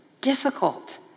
difficult